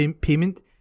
payment